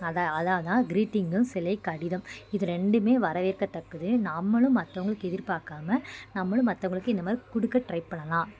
அதுதான் அதுதான் அதுதான் க்ரீட்டிங்கும் சிலை கடிதம் இது ரெண்டுமே வரவேற்கத்தக்கது நம்மளும் மற்றவங்களுக்கு எதிர்பார்க்காமல் நம்மளும் மற்றவங்களுக்கு இந்தமாதிரி கொடுக்க ட்ரை பண்ணலாம்